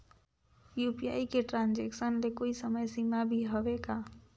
UPI के transaction ले कोई समय सीमा भी हवे का?